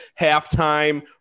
halftime